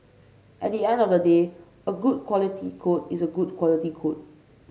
at the end of the day a good quality code is a good quality code